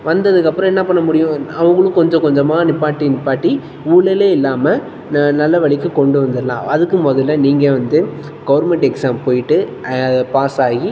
வந்ததுக்கப்புறம் என்ன பண்ண முடியும் அவங்களும் கொஞ்சம் கொஞ்சமாக நிற்பாட்டி நிற்பாட்டி ஊழலே இல்லாமல் ந நல்ல வழிக்கு கொண்டு வந்துடலாம் அதுக்கு முதல்ல நீங்கள் வந்து கவர்மெண்ட் எக்ஸாம் போய்ட்டு பாஸ் ஆகி